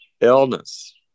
illness